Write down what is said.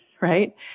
right